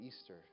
Easter